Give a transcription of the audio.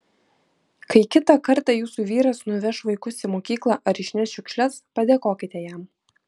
kai kitą kartą jūsų vyras nuveš vaikus į mokyklą ar išneš šiukšles padėkokite jam